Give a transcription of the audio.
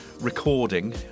recording